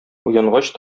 уянгач